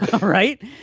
Right